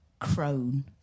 crone